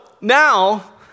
now